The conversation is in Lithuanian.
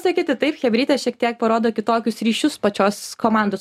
sakyti taip chebrytė šiek tiek parodo kitokius ryšius pačios komandos